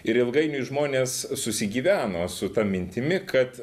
ir ilgainiui žmonės susigyveno su ta mintimi kad